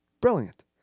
brilliant